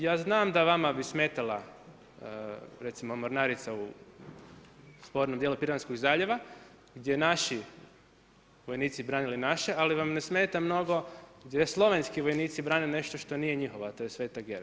Ja znam da vama bi smetala recimo mornarica u spornom dijelu Pirinejskog zaljeva, gdje naši vojnici branili vaše, ali vam ne smeta mnogo gdje Slovenski vojnici brane nešto što nije njihovo a to je Sveta Gera.